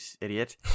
idiot